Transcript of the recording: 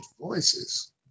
voices